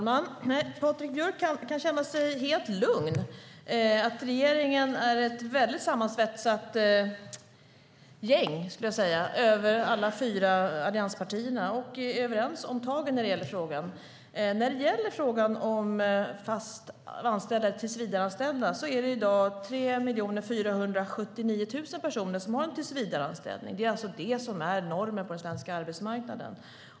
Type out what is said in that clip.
Herr talman! Nej, Patrik Björck kan känna sig helt lugn. Vi i regeringen - i alla fyra allianspartierna - är, skulle jag vilja säga, ett väldigt sammansvetsat gäng. Vi är överens om tagen i den aktuella frågan. I dag har 3 479 000 personer fast anställning, en tillsvidareanställning. Det är normen på svensk arbetsmarknad.